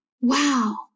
Wow